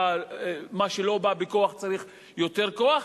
ומה שלא בא בכוח צריך יותר כוח,